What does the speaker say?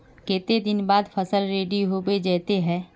केते दिन बाद फसल रेडी होबे जयते है?